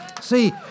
See